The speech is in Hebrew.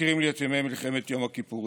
מזכירים לי את ימי מלחמת יום הכיפורים,